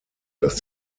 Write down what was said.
dass